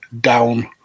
down